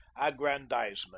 aggrandizement